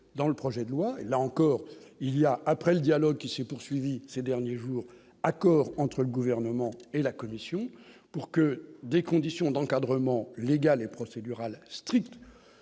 dans le projet de loi et là encore il y a après le dialogue qui s'est poursuivi ces derniers jours : accord entre le gouvernement et la commission pour que des conditions d'encadrement légal et procédurales strictes